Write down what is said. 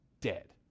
dead